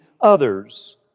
others